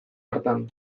hartan